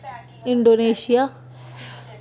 Indonesia